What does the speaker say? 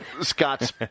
Scott's